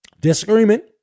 Disagreement